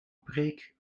preek